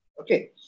Okay